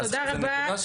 בסדר, במציתים צריך לטפל.